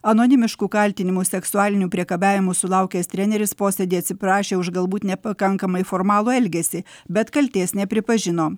anonimiškų kaltinimų seksualiniu priekabiavimu sulaukęs treneris posėdyje atsiprašė už galbūt nepakankamai formalų elgesį bet kaltės nepripažino